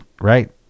right